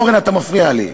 אורן, אתה מפריע לי.